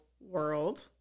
World